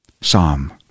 Psalm